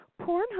Pornhub